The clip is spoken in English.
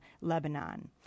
Lebanon